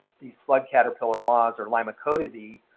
these slug caterpillar moths or limacodidae